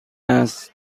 است